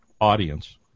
audience